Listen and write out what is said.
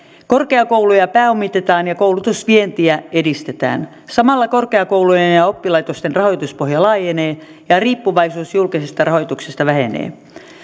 korkeakouluja pääomitetaan ja koulutusvientiä edistetään samalla korkeakoulujen ja ja oppilaitosten rahoituspohja laajenee ja riippuvaisuus julkisesta rahoituksesta vähenee